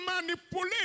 manipulate